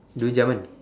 dua jam kan